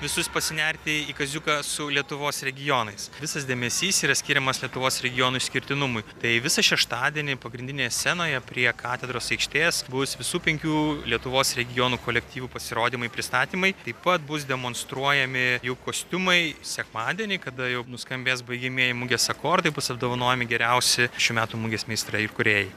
visus pasinerti į kaziuką su lietuvos regionais visas dėmesys yra skiriamas lietuvos regionų išskirtinumui tai visą šeštadienį pagrindinėje scenoje prie katedros aikštės bus visų penkių lietuvos regionų kolektyvų pasirodymai pristatymai taip pat bus demonstruojami jų kostiumai sekmadienį kada jau nuskambės baigiamieji mugės akordai bus apdovanojami geriausi šių metų mugės meistrai ir kūrėjai